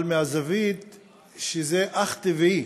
אבל מהזווית הזו: זה אך טבעי